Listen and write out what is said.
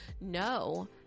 No